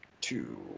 two